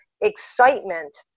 excitement